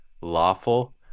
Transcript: lawful